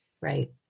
right